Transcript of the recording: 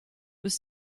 was